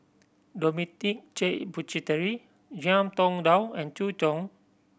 Dominic J Puthucheary Ngiam Tong Dow and Zhu